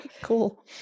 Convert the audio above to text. Cool